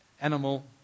animal